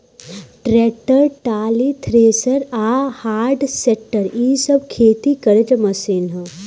tractor, trolley, thresher आ harvester इ सब खेती करे के मशीन ह